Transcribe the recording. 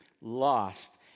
lost